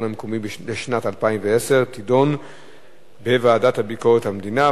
המקומי לשנת 2010 תידונה בוועדת ביקורת המדינה.